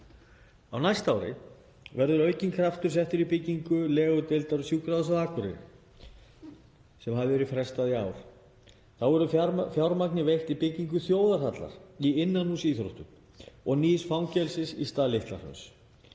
Á næsta ári verður aukinn kraftur settur í byggingu legudeildar við Sjúkrahúsið á Akureyri sem hafði verið frestað í ár. Þá verður fjármagni veitt í byggingu þjóðarhallar í innanhússíþróttum og nýs fangelsis í stað Litla-Hrauns.